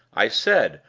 i said,